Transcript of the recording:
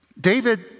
David